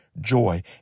joy